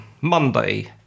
Monday